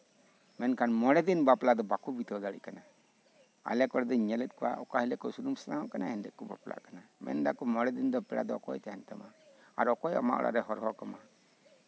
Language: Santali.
ᱢᱮᱱᱠᱷᱟᱱ ᱢᱚᱲᱮ ᱫᱤᱱ ᱵᱟᱯᱞᱟ ᱫᱚ ᱵᱟᱠᱚ ᱵᱤᱛᱟᱹᱣ ᱫᱟᱲᱮᱭᱟᱜ ᱠᱟᱱᱟ ᱟᱞᱮ ᱠᱚᱨᱮᱜ ᱫᱚᱧ ᱧᱮᱞᱮᱜ ᱠᱚᱣᱟ ᱚᱠᱟ ᱦᱤᱞᱳᱜ ᱠᱚ ᱥᱩᱱᱩᱢ ᱥᱟᱥᱟᱝ ᱚᱜ ᱠᱟᱱᱟ ᱮᱱᱦᱤᱞᱳᱜ ᱜᱮᱠᱚ ᱵᱟᱯᱞᱟᱜ ᱠᱟᱱᱟ ᱢᱮᱱ ᱫᱟᱠᱚ ᱢᱚᱲᱮ ᱫᱤᱱ ᱫᱚ ᱯᱮᱲᱟ ᱫᱚ ᱚᱠᱚᱭ ᱛᱟᱸᱦᱮᱱ ᱛᱟᱢᱟ ᱟᱨ ᱚᱠᱚᱭ ᱟᱢᱟᱜ ᱚᱲᱟᱜᱨᱮ ᱦᱚᱨᱦᱚ ᱠᱟᱢᱟ